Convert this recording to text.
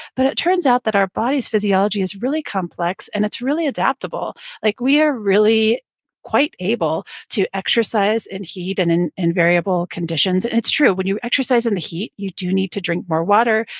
but it turns out that our body's physiology is really complex, and it's really adaptable like we are really quite able to exercise in heat and in in variable conditions, and it's true. when you exercise in the heat, you do need to drink more water.